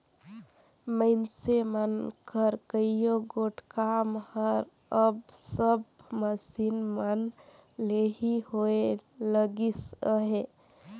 मइनसे मन कर कइयो गोट काम हर अब सब मसीन मन ले ही होए लगिस अहे